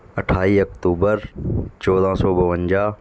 ਅਠਾਈ ਅਕਤੂਬਰ ਚੌਦਾਂ ਸੌ ਬਵੰਜਾ